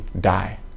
die